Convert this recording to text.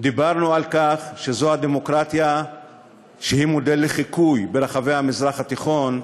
דיברנו על כך שזו הדמוקרטיה שהיא מודל לחיקוי ברחבי המזרח התיכון,